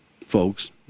folks